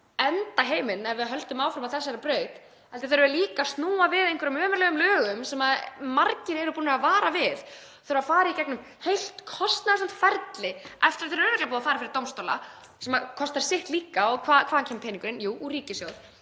eyða heiminum ef við höldum áfram á þessari braut, heldur þurfum við líka að snúa við einhverjum ömurlegum lögum sem margir eru búnir að vara við. Við þurfum að fara í gegnum heilt kostnaðarsamt ferli eftir að lögin eru búin að fara fyrir dómstóla, sem kostar sitt líka og hvaðan kemur peningurinn? Jú, úr ríkissjóði.